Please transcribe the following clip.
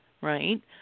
right